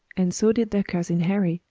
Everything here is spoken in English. and so did their cousin harry,